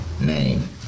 name